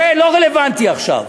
זה לא רלוונטי עכשיו.